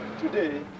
Today